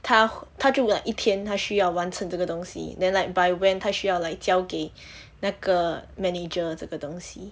他他就 like 一天他需要完成这个东西 then like by when 他需要 like 交给那个 manager 这个东西